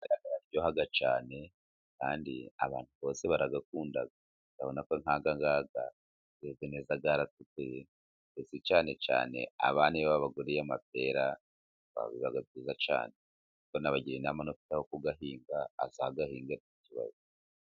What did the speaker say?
Amapera araryoha cyane, kandi abantu bose barakunda, urabona ko nk'aya ngaya, yeze neza yaratukuye, ndetse cyane cyane abana iyo wababayariye amapera, biba byiza cyane. Kuko nabagira inama n'ufite n'aho kuyahinga, azayahinge nta kibazo.